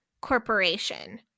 Corporation